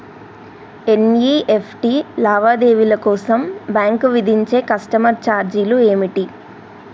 NEFT లావాదేవీల కోసం bank విధించే కస్టమర్ ఛార్జీలు ఏమిటి?